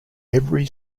every